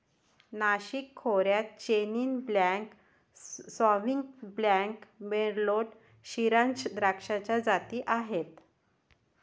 नाशिक खोऱ्यात Chenin Blanc, Sauvignon Blanc, Merlot, Shiraz द्राक्षाच्या जाती आहेत